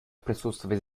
присутствовать